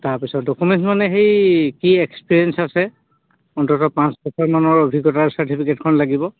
তাৰপিছত ডকুমেণ্ট মানে সেই কি এক্সপিৰিয়েঞ্চ আছে অন্ততঃ পাঁচ ছটামানৰ অভিজ্ঞতাৰ চাৰ্টিফিকেটখন লাগিব